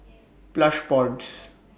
Plush Pods